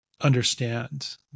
understand